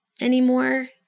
anymore